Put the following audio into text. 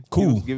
Cool